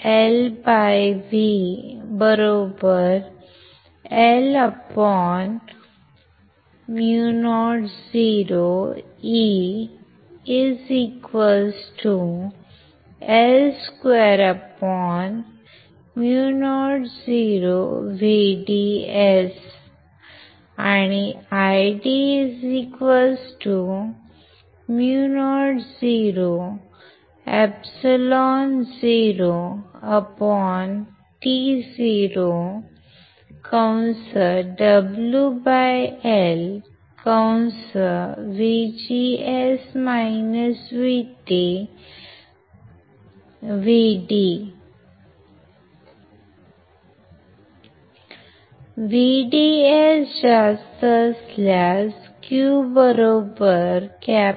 t LV LµnE L2µnVDS आणि IDµnεotoWLVDS VDS जास्त असल्यास Q CV εoWLVGS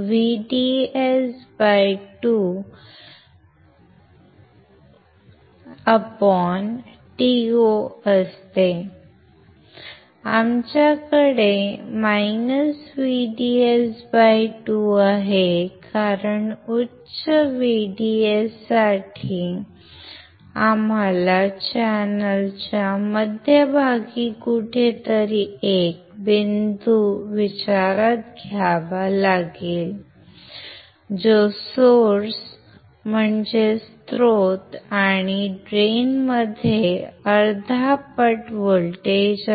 VT VDS2to आमच्याकडे -VDS2 आहे कारण उच्च VDS साठी आम्हाला चॅनेलच्या मध्यभागी कुठेतरी एक बिंदू विचारात घ्यावा लागेल जो स्त्रोत आणि ड्रेनमध्ये अर्धा पट व्होल्टेज आहे